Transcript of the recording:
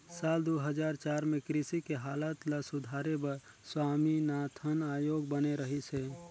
साल दू हजार चार में कृषि के हालत ल सुधारे बर स्वामीनाथन आयोग बने रहिस हे